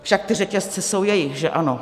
Však ty řetězce jsou jejich, že ano.